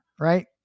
right